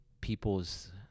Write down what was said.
people's